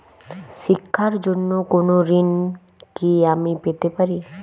শিক্ষার জন্য কোনো ঋণ কি আমি পেতে পারি?